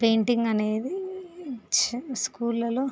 painting అనేది స్కూల్లలో